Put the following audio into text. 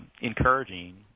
encouraging